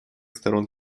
сторон